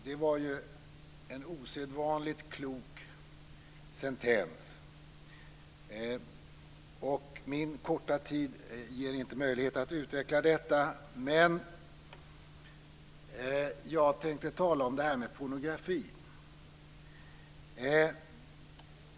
Det var en osedvanligt klok sentens. Min korta taletid ger inte möjlighet att utveckla detta, men jag tänkte tala om pornografin.